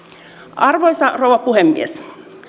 arvoisa rouva puhemies